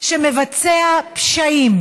שמבצע פשעים,